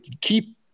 keep –